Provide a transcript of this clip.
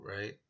Right